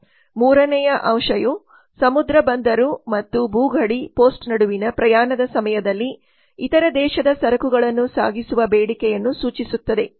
ಮೂರನೆಯ ಅಂಶವು ಸಮುದ್ರ ಬಂದರು ಮತ್ತು ಭೂ ಗಡಿ ಪೋಸ್ಟ್ ನಡುವಿನ ಪ್ರಯಾಣದ ಸಮಯದಲ್ಲಿ ಇತರ ದೇಶದ ಸರಕುಗಳನ್ನು ಸಾಗಿಸುವ ಬೇಡಿಕೆಯನ್ನು ಸೂಚಿಸುತ್ತದೆ